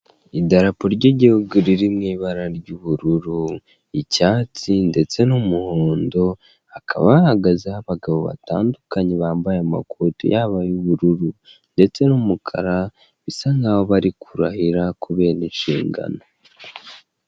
Idarapo ry'igihugu riri mu ibara ry'ubururu, icyatsi ndetse n'umuhondo, hakaba ahahagaze abagabo batandukanye bambaye amakoti yaba ay'ubururu ndetse n'umukara, bisa nk'aho bari kurahira kubera inshingano.